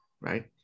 right